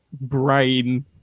brain